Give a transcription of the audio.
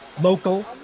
local